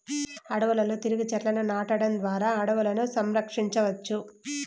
అడవులలో తిరిగి చెట్లను నాటడం ద్వారా అడవులను సంరక్షించవచ్చు